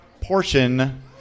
portion